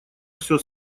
все